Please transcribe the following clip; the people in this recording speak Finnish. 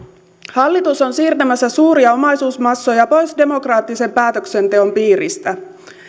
hallitus on siirtämässä suuria omaisuusmassoja pois demokraattisen päätöksenteon piiristä